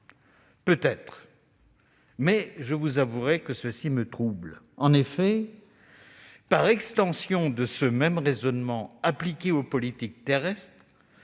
Peut-être ! Mais je vous avoue que cela me trouble : en effet, par extension de ce même raisonnement aux politiques terrestres,